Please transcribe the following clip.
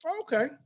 Okay